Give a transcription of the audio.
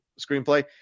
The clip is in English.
screenplay